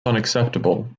unacceptable